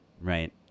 Right